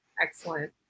excellent